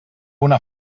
una